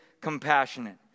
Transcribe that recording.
compassionate